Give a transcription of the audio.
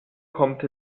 kommt